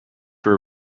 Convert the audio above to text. were